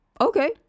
okay